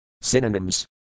Synonyms